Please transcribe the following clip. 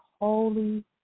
Holy